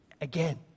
again